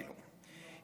אפילו,